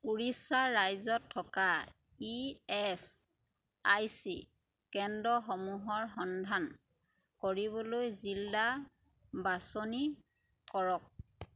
উৰিষ্যা ৰাজ্যত থকা E S I C কেন্দ্ৰসমূহৰ সন্ধান কৰিবলৈ জিলা বাছনি কৰক